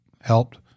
helped